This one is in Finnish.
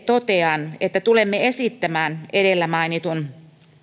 totean että tulemme esittämään edellä mainitun